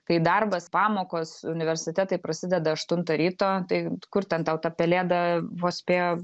kai darbas pamokos universitetai prasideda aštuntą ryto tai kur ten tau ta pelėda vos spėjo